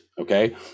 Okay